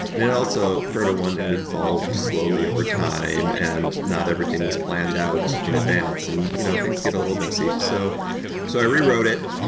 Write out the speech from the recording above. and also, proto one had evolved slowly over time and not everything was planned out in advance, and you know things get a little messy. so so i rewrote it,